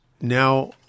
now